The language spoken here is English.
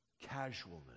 casualness